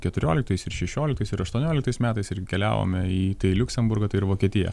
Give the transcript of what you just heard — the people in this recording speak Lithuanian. keturioliktais ir šešioliktais ir aštuonioliktais metais ir keliavome į tai į liuksemburgą tai ir į vokietiją